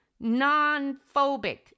non-phobic